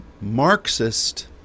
Marxist